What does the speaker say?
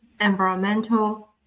environmental